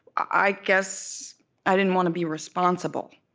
i guess i didn't want to be responsible.